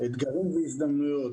אתגרים והזדמנויות.